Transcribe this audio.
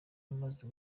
amaze